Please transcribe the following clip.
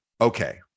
okay